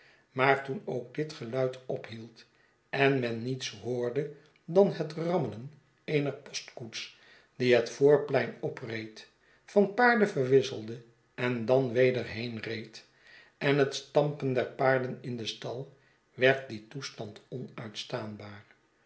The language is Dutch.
maar toen ook dit geluid ophield en men niets hoorde dan het rammelen eener postkoets die het voorplein opreed j van paarden verwisselde en dan weder heenreed en het stampen der paarden in den stal werd die toestand onuitstaanbaar